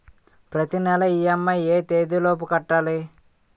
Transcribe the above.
ప్రతినెల ఇ.ఎం.ఐ ఎ తేదీ లోపు కట్టాలి?